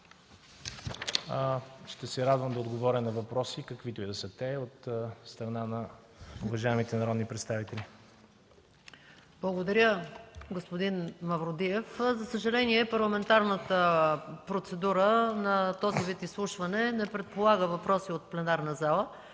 Ще се радвам да отговоря на въпроси, каквито и да са те, от страна на уважаемите народни представители. ПРЕДСЕДАТЕЛ МАЯ МАНОЛОВА: Благодаря, господин Мавродиев. За съжаление, парламентарната процедура на този вид изслушване не предполага въпроси от пленарната зала.